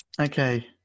Okay